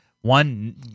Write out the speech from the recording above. one